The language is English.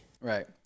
Right